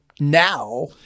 now